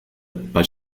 but